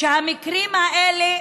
שהמקרים האלה